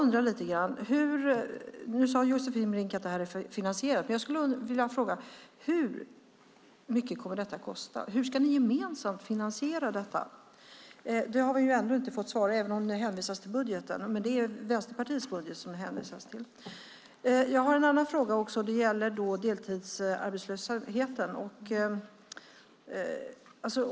Nu sade Josefin Brink att förslagen var finansierade, men jag skulle vilja veta hur mycket det kommer att kosta. Hur ska ni gemensamt finansiera detta, Josefin Brink? Det har vi inte fått svar på även om det hänvisas till budgeten; det är Vänsterpartiets budget som det hänvisas till. Det andra jag vill fråga om gäller deltidsarbetslösheten.